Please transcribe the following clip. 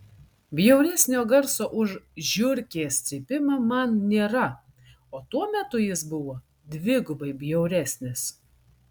bjauresnio garso už žiurkės cypimą man nėra o tuo metu jis buvo dvigubai bjauresnis